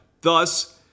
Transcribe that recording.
Thus